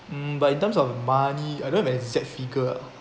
mm but in terms of money I don't have an exact figure ah